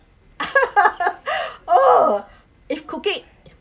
oh if cooking eh if cooking